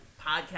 podcast